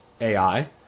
AI